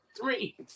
Three